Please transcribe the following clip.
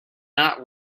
not